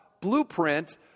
blueprint